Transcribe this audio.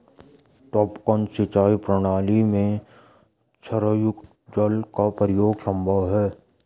टपकन सिंचाई प्रणाली में क्षारयुक्त जल का प्रयोग संभव है